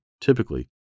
Typically